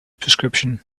prescription